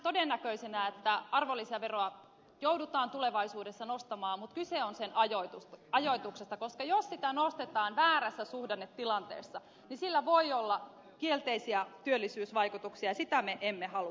pidän todennäköisenä että arvonlisäveroa joudutaan tulevaisuudessa nostamaan mutta kyse on sen ajoituksesta koska jos sitä nostetaan väärässä suhdannetilanteessa niin sillä voi olla kielteisiä työllisyysvaikutuksia ja sitä me emme halua